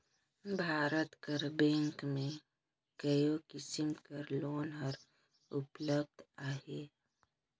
भारत कर बेंक में कइयो किसिम कर लोन हर उपलब्ध अहे